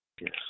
Yes